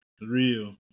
Real